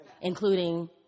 including